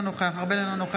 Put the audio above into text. אינו נוכח אמיר אוחנה,